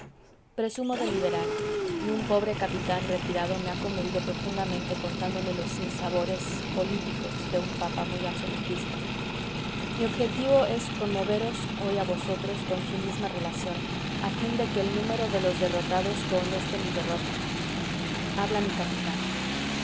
presumo de liberal y un pobre capitán retirado me ha conmovido profundamente contándome los sinsabores políticos de un papa muy absolutista mi objeto es conmoveros hoy a vosotros con su misma relación a fin de que el número de los derrotados cohoneste mi derrota habla mi capitán